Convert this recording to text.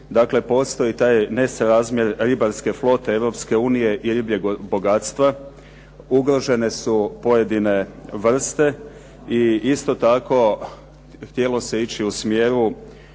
dakle postoji taj nesrazmjer ribarske flote Europske unije i ribljeg bogatstva. Ugrožene su pojedine vrste i isto tako htjelo se ići u smjer